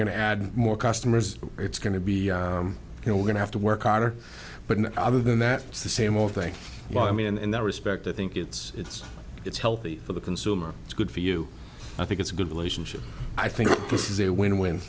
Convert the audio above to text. going to add more customers it's going to be you know we're going to have to work harder but in other than that it's the same old thing well i mean in that respect i think it's it's it's healthy for the consumer it's good for you i think it's a good relationship i think